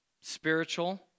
Spiritual